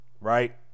right